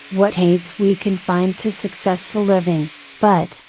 what aids we can find to successful living but,